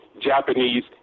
Japanese